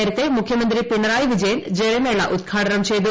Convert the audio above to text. നേരത്തെ മുഖ്യമന്ത്രി പിണറായി വിജയൻ ജലമേള ഉദ്ഘാടനം ചെയ്തു